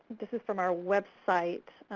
this is from our website,